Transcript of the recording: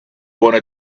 wanna